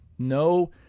No